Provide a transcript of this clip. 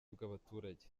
bw’abaturage